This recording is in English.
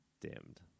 dimmed